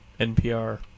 NPR